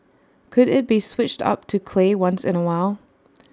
could IT be switched up to clay once in A while